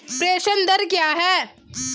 प्रेषण दर क्या है?